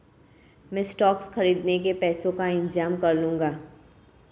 मैं स्टॉक्स खरीदने के पैसों का इंतजाम कर लूंगा